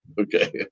okay